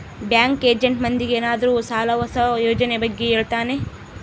bank agent ಮಂದಿಗೆ ಏನಾದ್ರೂ ಸಾಲ ಹೊಸ ಯೋಜನೆ ಬಗ್ಗೆ ಹೇಳ್ತಾನೆ